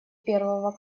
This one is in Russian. первого